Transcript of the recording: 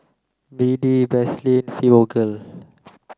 B D Vaselin Fibogel